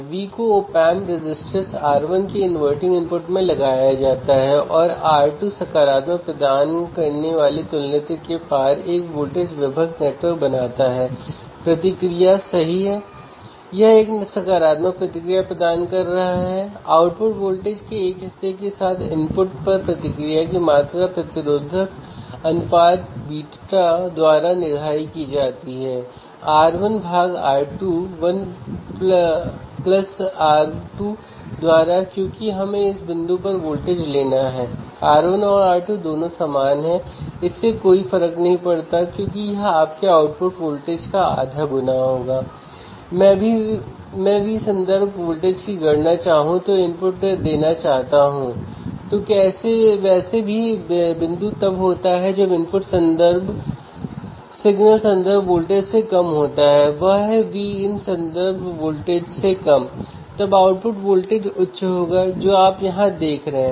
तीसरा input buffer स्टेज़ों को जोड़ने से पूर्ववर्ती स्टेज के साथ एम्पलीफायर का मिलान करना आसान हो जाता है और चौथा यह इंस्ट्रूमेंटेशन एम्पलीफायर को अधिक मात्रा में नॉइज़ की उपस्थिति में एक निम्न स्तर सिग्नल के सिग्नल कंडीशनर के रूप में ऑप्टिमाइज़ करने की अनुमति देता है